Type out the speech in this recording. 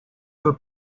del